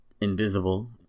invisible